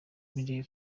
miley